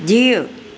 जीउ